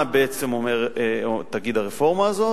מה תגיד הרפורמה הזאת?